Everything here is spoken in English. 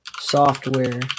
Software